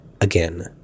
again